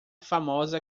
famosa